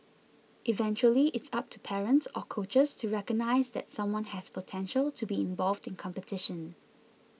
eventually it's up to parents or coaches to recognise that someone has potential to be involved in competition